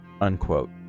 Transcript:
unquote